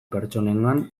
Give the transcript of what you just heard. pertsonengan